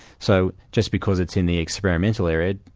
so just because it's in the experimental area,